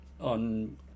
on